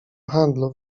handlu